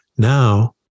Now